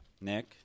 Nick